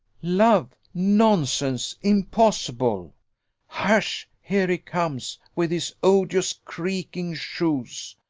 love! nonsense impossible hush! here he comes, with his odious creaking shoes.